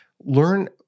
Learn